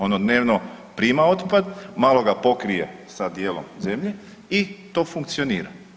Ono dnevno prima otpad, malo ga pokrije sa dijelom zemlje i to funkcionira.